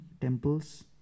temples